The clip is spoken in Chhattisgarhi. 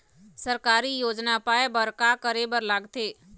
सरकारी योजना पाए बर का करे बर लागथे?